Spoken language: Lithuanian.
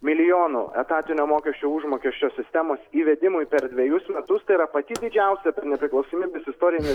milijonų etatinio mokesčių užmokesčio sistemos įvedimui per dvejus metus tai yra pati didžiausia per nepriklausomybės istoriją